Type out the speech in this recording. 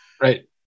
Right